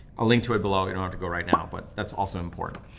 i'll link to it below, you don't have to go right now, but that's also important.